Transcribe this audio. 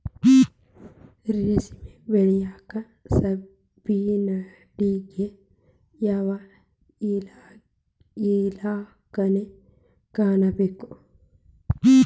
ರೇಷ್ಮಿ ಬೆಳಿಯಾಕ ಸಬ್ಸಿಡಿಗೆ ಯಾವ ಇಲಾಖೆನ ಕಾಣಬೇಕ್ರೇ?